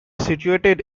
situated